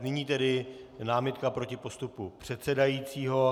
Nyní tedy námitka proti postupu předsedajícího.